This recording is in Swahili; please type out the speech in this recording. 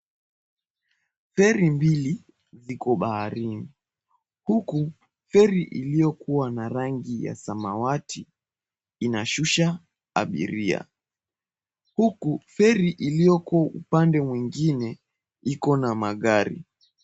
Feri mbili ziko baharini huku feri iliyokuwa na rangi ya samawati inashusha abiria, huku feri iliyokuwa upande mwengine iko na magari.